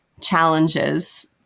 challenges